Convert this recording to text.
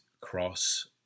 cross